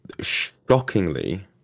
shockingly